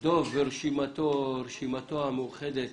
דב ורשימתו המאוחדת